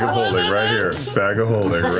holding right here. bag of holding